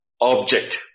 object